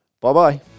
bye-bye